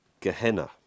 Gehenna